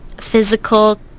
physical